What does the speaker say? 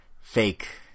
fake